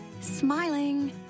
Smiling